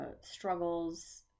struggles